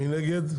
מי נגד?